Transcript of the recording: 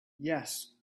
yes